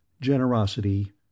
Generosity